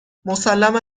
مسلما